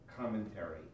commentary